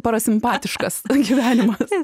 parasimpatiškas gyvenimas